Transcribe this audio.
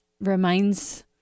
reminds